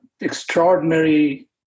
extraordinary